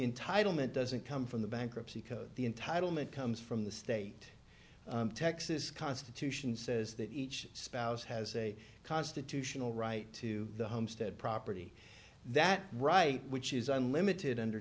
entitle ment doesn't come from the bankruptcy code the entitlement comes from the state texas constitution says that each spouse has a constitutional right to the homestead property that right which is unlimited under